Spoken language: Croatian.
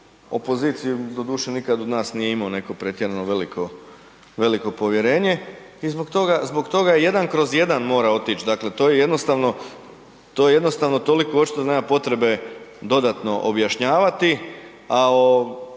Opoziciji, doduše nikad od nas nije imao neko pretjerano veliko povjerenje i zbog toga je 1/1 mora otići, dakle, to je jednostavno, to je jednostavno toliko očito da nema potrebe dodatno objašnjavati, a o